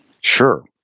sure